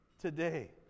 today